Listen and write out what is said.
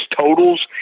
totals